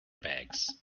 bags